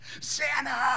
Santa